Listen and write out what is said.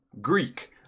Greek